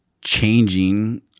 changing